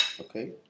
Okay